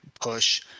push